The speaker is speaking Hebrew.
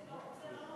זה לא נורא.